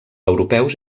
europeus